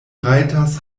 rajtas